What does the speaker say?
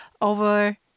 over